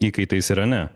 įkaitais irane